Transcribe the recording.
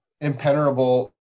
impenetrable